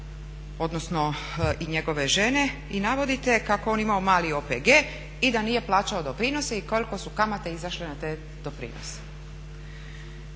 odnosno i njegove žene i navodite kako je on imao mali OPG i da nije plaćao doprinose i koliko su kamate izašle na te doprinose.